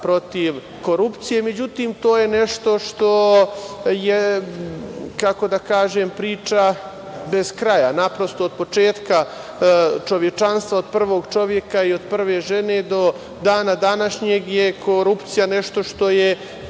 protiv korupcije. Međutim, to je nešto što je priča bez kraja. Naprosto, od početka čovečanstva, od prvog čoveka i od prve žene do dana današnjeg je korupcija nešto što je